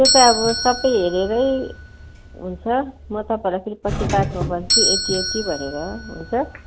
त्यो त अब सबै हेरेरै हुन्छ म तपाईँलाई फेरि पछि बादमा भन्छु यति यति भनेर हुन्छ